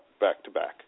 back-to-back